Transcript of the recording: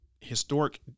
historic